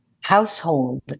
household